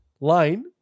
Line